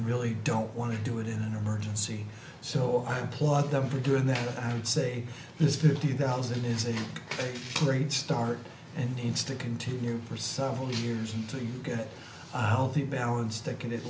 really don't want to do it in an emergency so i applaud them for doing that i would say this fifty thousand is a great start and instead continue for several years until you get a healthy balance that can